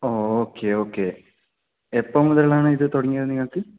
ഓ okay okay എപ്പോൾ മുതലാണ് ഇത് തുടങ്ങിയത് നിങ്ങൾക്ക്